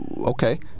Okay